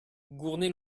gournay